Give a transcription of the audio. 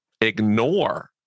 ignore